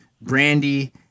Brandy